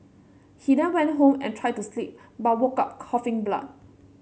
he then went home and tried to sleep but woke up coughing blood